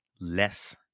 less